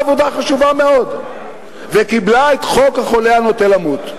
עבודה חשובה מאוד וקיבלה את חוק החולה הנוטה למות,